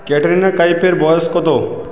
ক্যাটরিনা কাইফের বয়স কত